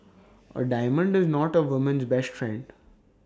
A diamond is not A woman's best friend